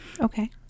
Okay